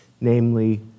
namely